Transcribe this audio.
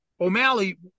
o'malley